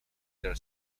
der